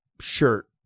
shirt